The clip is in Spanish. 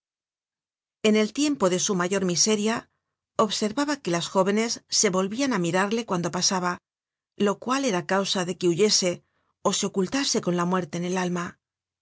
en el tiempo de su mayor miseria observaba que las jóvenes se volvian á mirarle cuando pasaba lo cual era causa de que huyese ó se ocultase con la muerte en el alma